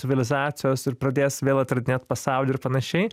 civilizacijos ir pradės vėl atradinėt pasaulį ir panašiai